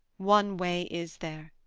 one way is there,